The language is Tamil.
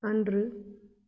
அன்று